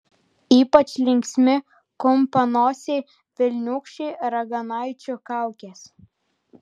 ypač linksmi kumpanosiai velniūkščiai raganaičių kaukės